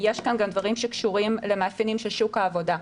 יש כאן גם דברים שקשורים למאפיינים של שוק העבודה.